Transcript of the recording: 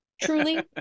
truly